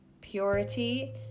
Purity